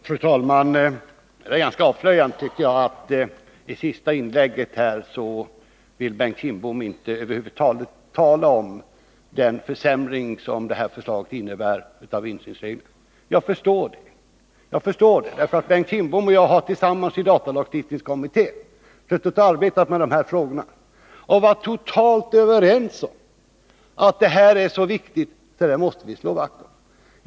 Fru talman! Det är ganska avslöjande att Bengt Kindbom — som i det senaste inlägget — över huvud taget inte talar om den försämring som det här förslaget innebär när det gäller insynsreglerna, men jag förstår det. Bengt Kindbom och jag har nämligen i datalagstiftningskommittén tillsammans arbetat med dessa frågor, och vi har varit helt överens om att det här är så viktigt att det måste vi slå vakt om.